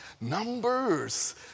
Numbers